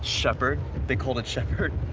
shepherd? they called it shepherd?